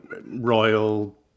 royal